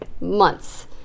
Months